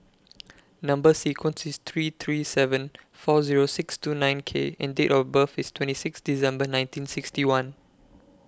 Number sequence IS three three seven four Zero six two nine K and Date of birth IS twenty six December nineteen sixty one